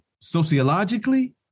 sociologically